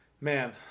Man